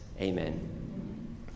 Amen